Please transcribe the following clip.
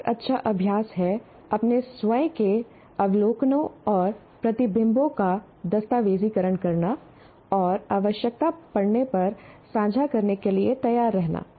एक और अच्छा अभ्यास है अपने स्वयं के अवलोकनों और प्रतिबिंबों का दस्तावेजीकरण करना और आवश्यकता पड़ने पर साझा करने के लिए तैयार रहना